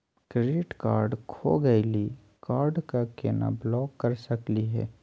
Credit card खो गैली, card क केना ब्लॉक कर सकली हे?